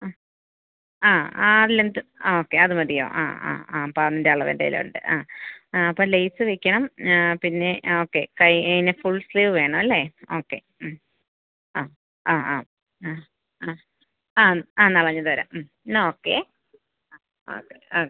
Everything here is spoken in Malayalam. ആ ആ ആ ലെഗ്ത് ആ ഓക്കെ അത് മതിയോ ആ ആ ആ പാന്റളവെൻറ്റേലുണ്ട് ആ ആ അപ്പം ലേയ്സ് വെക്കണം പിന്നെ ഓക്കെ കയ്യിന് ഫുള് സ്ലീവ് വേണമല്ലേ ഓക്കെ മ് ആ ആ ആ ആ ആ ആ ആ എന്നാൽ വാങ്ങിച്ചോണ്ട് വരുമോ മ് എന്നാൽ ഓക്കെ ആ ഓക്കെ ഓക്കെ